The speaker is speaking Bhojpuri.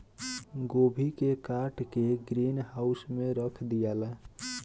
गोभी के काट के ग्रीन हाउस में रख दियाला